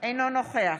אינו נוכח